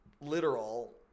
Literal